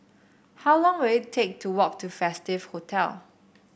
how long will it take to walk to Festive Hotel